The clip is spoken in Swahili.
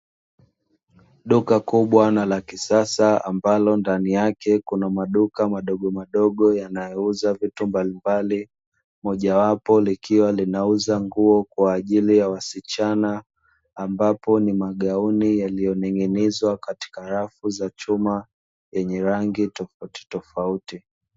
Duka kubwa na la kisasa ambalo ndani yake kuna maduka madogomadogo yanayouza vitu mbalimbali, mojawapo likiwa linauza nguo kwa ajili ya wasichana. Ambapo ni magauni yaliyoning’inizwa katika rafu za chuma yenye rangi tofautitofauti.